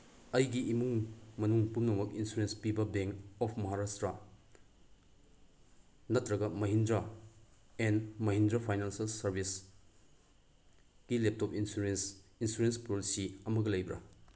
ꯑꯩꯒꯤ ꯏꯃꯨꯡ ꯃꯅꯨꯡ ꯄꯨꯝꯅꯃꯛ ꯏꯟꯁꯨꯔꯦꯟꯁ ꯄꯤꯕ ꯕꯦꯡ ꯑꯣꯐ ꯃꯍꯥꯔꯥꯁꯇ꯭ꯔꯥ ꯅꯠꯇ꯭ꯔꯒ Mahindra and Mahindra financial services ꯀꯤ ꯂꯦꯞꯇꯣꯞ ꯏꯟꯁꯨꯔꯦꯟꯁ ꯏꯟꯁꯨꯔꯦꯟꯁ ꯄꯣꯂꯤꯁꯤ ꯑꯃꯒ ꯂꯩꯕ꯭ꯔꯥ